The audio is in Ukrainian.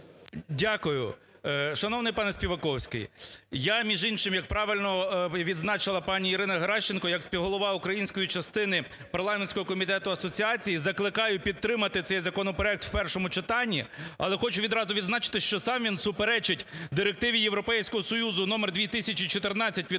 Дякую. Шановний пане Співаковський, я, між іншим, як правильно відзначила пані Ірина Геращенко, як співголова української частини Парламентського комітету Асоціації закликаю підтримати цей законопроект в першому читанні. Але хочу відразу відзначити, що сам він суперечить Директиві Європейського Союзу №2014 від